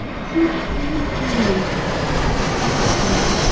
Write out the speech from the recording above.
he hadn't noticed! he kept repeating.